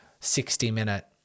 60-minute